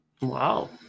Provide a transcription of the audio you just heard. Wow